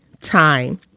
time